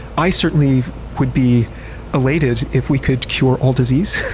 i certainly would be elated if we could cure all disease.